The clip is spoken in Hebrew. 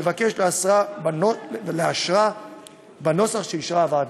ואבקש לאשרה בנוסח שאישרה הוועדה.